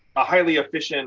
a highly efficient